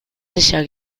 sicher